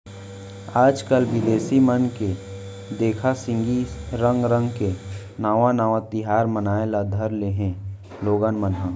आजकाल बिदेसी मन के देखा सिखी रंग रंग के नावा नावा तिहार मनाए ल धर लिये हें लोगन मन ह